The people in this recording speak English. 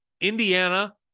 Indiana